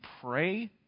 pray